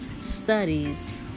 studies